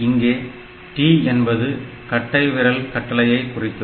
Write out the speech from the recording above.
இங்கே T என்பது கட்டைவிரல் கட்டளையை குறிக்கும்